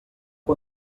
que